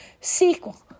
sequel